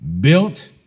built